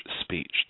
speech